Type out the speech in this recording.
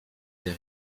der